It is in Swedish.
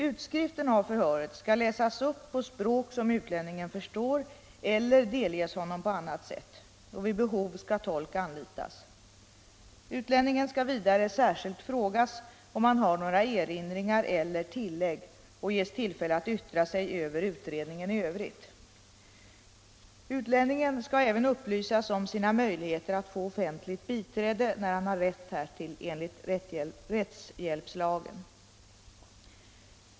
Utskriften av förhöret skall läsas upp på språk som utlänningen förstår eller delges honom på annat sätt. Vid behov skall tolk anlitas. Utlänningen skall vidare särskilt frågas om han har några erinringar eller tillägg och ges tillfälle att yttra sig över utredningen i övrigt. Utlänningen skall även upplysas om sina möjligheter att få offentligt biträde när han har rätt härtill enligt rättshjälpslagen.